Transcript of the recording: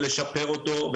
ולשפר אותו,